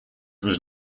was